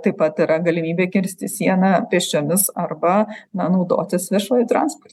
taip pat yra galimybė kirsti sieną pėsčiomis arba na naudotis viešuoju transpor